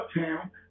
uptown